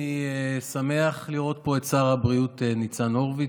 אני שמח לראות פה את שר הבריאות ניצן הורוביץ,